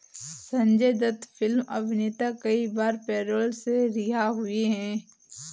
Sanjay Dutt film अभिनेता कई बार पैरोल से रिहा हुए हैं